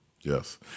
Yes